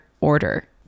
order